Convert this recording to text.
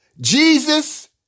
Jesus